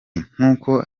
nk’uko